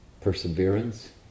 Perseverance